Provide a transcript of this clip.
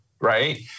right